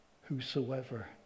Whosoever